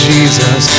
Jesus